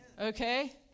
okay